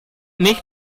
nicht